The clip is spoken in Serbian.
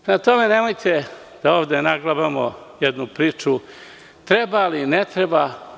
Prema tome, nemojte da ovde naglabamo jednu priču treba li, ne treba.